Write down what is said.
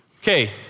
Okay